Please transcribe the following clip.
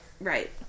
Right